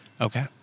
Okay